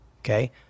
okay